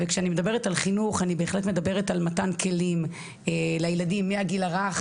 וכשאני מדברת על חינוך אני בהחלט מדברת על מתן כלים לילדים מהגיל הרך